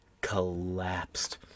collapsed